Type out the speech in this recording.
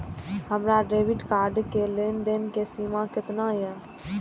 हमार debit card के लेन देन के सीमा केतना ये?